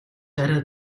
арай